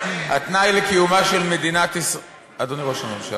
התנאי לקיומה של מדינת ישראל, אדוני ראש הממשלה,